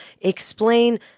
Explain